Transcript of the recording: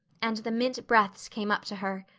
and the mint breaths came up to her.